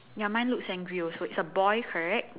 ya mine looks angry also is a boy correct